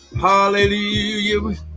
hallelujah